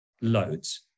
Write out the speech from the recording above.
loads